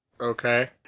Okay